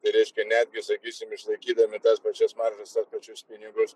tai reiškia netgi sakysim išlaikydami tas pačias maržas tuos pačius pinigus